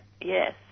yes